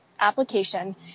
application